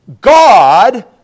God